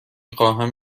خواهم